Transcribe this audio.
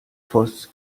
voß